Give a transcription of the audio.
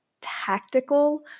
tactical